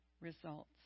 results